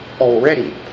already